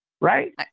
right